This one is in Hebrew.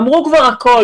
אמרו כבר הכול,